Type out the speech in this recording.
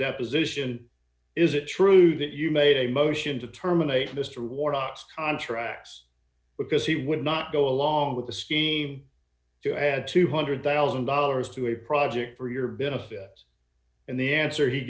deposition is it true that you made a motion to terminate mr ward contracts because he would not go along with the scheme to add two hundred thousand dollars to a project for your benefit and the answer he